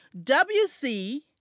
WC